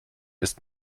ist